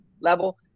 level